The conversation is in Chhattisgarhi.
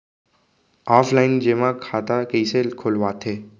ऑफलाइन जेमा खाता कइसे खोलवाथे?